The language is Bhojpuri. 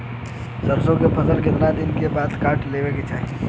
सरसो के फसल कितना दिन के बाद काट लेवे के चाही?